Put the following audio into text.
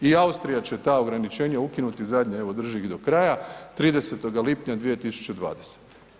I Austrija će ta ograničenja ukinuti, zadnje, evo drži ih do kraja, 30. lipnja 2020.